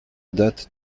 date